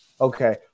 Okay